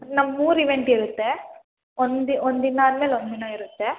ನಮ್ದು ಮೂರು ಇವೆಂಟ್ ಇರುತ್ತೆ ಒಂದು ದಿನ ಆದ್ಮೇಲೆ ಒಂದಿನ ಇರುತ್ತೆ